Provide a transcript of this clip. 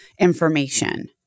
information